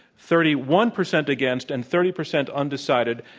thirty one percent against and thirty percent undecided.